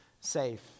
safe